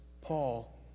Paul